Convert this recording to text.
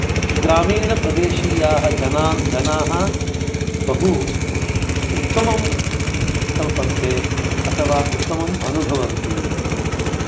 ग्रामीणप्रदेशीयाः जना जनाः बहु उत्तमं कल्पन्ते अथवा उत्तमम् अनुभवन्ति